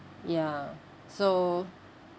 ya so